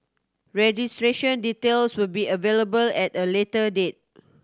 registration details will be available at a later date